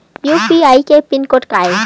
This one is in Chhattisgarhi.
यू.पी.आई के पिन कोड का हे?